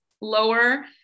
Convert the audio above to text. lower